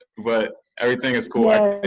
but everything is cool.